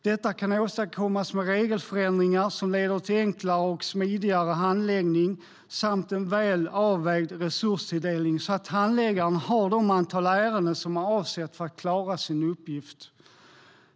Detta kan åstadkommas med regelförändringar som leder till enklare och smidigare handläggning samt en väl avvägd resurstilldelning så att handläggarna har det antal ärenden som är avsett för att de ska klara sin uppgift.